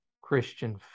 christian